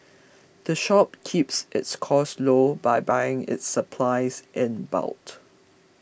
the shop keeps its costs low by buying its supplies in boat